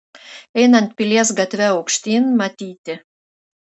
einant pilies gatve aukštyn matyti